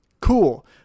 Cool